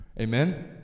Amen